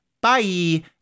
bye